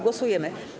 Głosujemy.